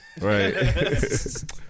right